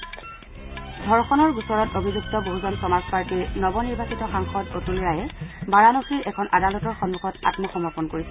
ধৰ্যণৰ গোচৰত অভিযুক্ত বহুজন সমাজ পাৰ্টীৰ নৱ নিৰ্বাচিত সাংসদ অতুল ৰায়ে বাৰাণসীৰ এখন আদালতৰ সন্মুখত আত্মসমৰ্পণ কৰিছে